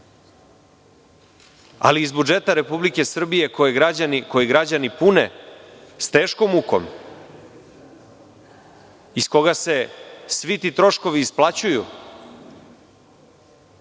Ali, iz budžeta Republike Srbije, koji građani pune s teškom mukom, iz koga se svi ti troškovi isplaćuju,